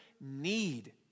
need